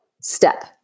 step